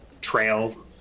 trail